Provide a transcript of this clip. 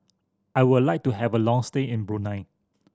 I would like to have a long stay in Brunei